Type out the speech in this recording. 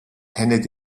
handed